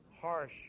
harsh